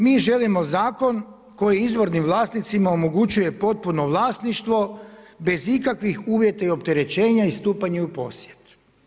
Mi želimo zakon koji izvornim vlasnicima omogućuje potpuno vlasništvo bez ikakvih uvjeta i opterećenja i stupanja u posjed.